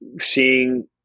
seeing